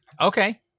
Okay